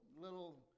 little